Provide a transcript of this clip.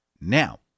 now